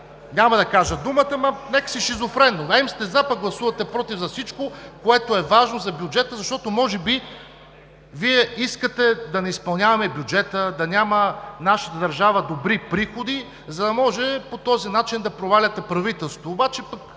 няма да кажа думата, но някак си шизофренно – хем сте за, пък гласувате „против“ за всичко, което е важно за бюджета, защото може би Вие искате да не изпълняваме бюджета, да няма нашата държава добри приходи, а да може по този начин да проваляте правителството,